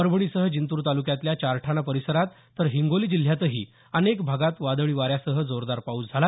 परभणीसह जिंतूर तालुक्यातल्या चारठाणा परिसरात तर हिंगोली जिल्ह्यातही अनेक भागात वादळी वाऱ्यासह जोरदार पाऊस झाला